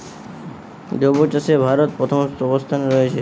জৈব চাষে ভারত প্রথম অবস্থানে রয়েছে